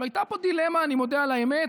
הייתה פה דילמה, אני מודה על האמת,